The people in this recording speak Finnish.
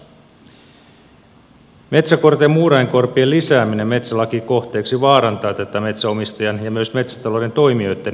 metsäkorte ja muurainkorpien lisääminen metsälakikohteiksi vaarantaa tätä metsänomistajan ja myös metsätalouden toimijoitten oikeusturvaa